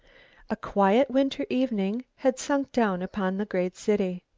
a quiet winter evening had sunk down upon the great city.